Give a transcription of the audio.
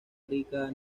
rica